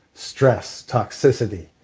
stress, toxicity,